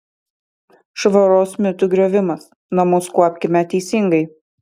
švaros mitų griovimas namus kuopkime teisingai